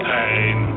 Pain